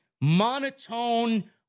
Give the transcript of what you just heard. monotone